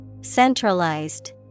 Centralized